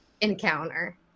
encounter